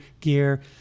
gear